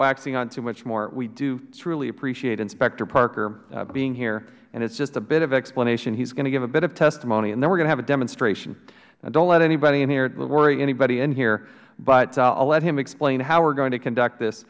waxing on too much more we do truly appreciate inspector parker being here and as just a bit of explanation he's going to give a bit of testimony and then we're going to have a demonstration don't let anybody in here worry anybody in here but i'll let him explain how we're going to conduct this